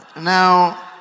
Now